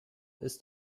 ist